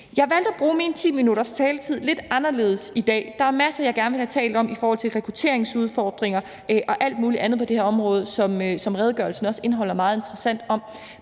Jeg valgte at bruge min 10 minutters taletid lidt anderledes i dag. Der er en masse, jeg gerne ville have talt om i forhold til rekrutteringsudfordringer og alt muligt andet på det her område, som redegørelsen også indeholder meget interessant om.